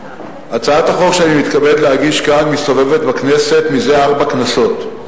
הצעת החוק שאני מתכבד להגיש כאן מסתובבת בכנסת זה ארבע כנסות.